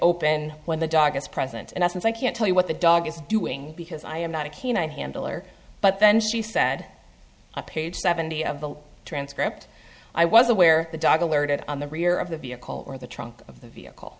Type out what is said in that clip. open when the dog is present and as i can't tell you what the dog is doing because i am not a canine handler but then she said i page seventy of the transcript i was aware the dog alerted on the rear of the vehicle or the trunk of the vehicle